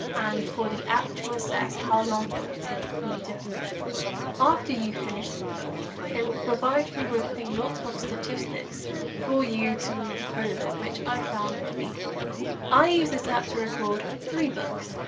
and for the app to assess how long it will take for you you to finish the book. after you finish the book it will provide you with a lot of statistics for you to look over, kind of ah which i found to be quite cool. i used this app to record three books.